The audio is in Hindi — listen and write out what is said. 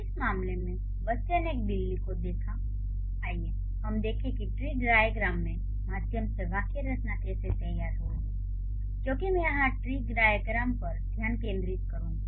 इस मामले में बच्चे ने एक बिल्ली को देखा आइए हम देखें कि ट्री डाइअग्रैम के माध्यम से वाक्य रचना कैसे तैयार की जाएगी क्योंकि मैं यहां ट्री डाइअग्रैम पर ध्यान केंद्रित करूंगी